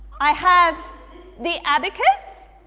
i have the abacus